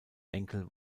enkel